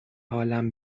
حالم